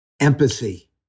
empathy